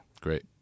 Great